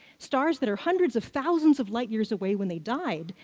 stars that are hundreds of thousands of light-years away when they died,